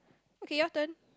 okay your turn